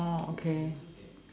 oh okay